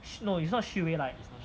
no it's not 虚伪 like